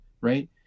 right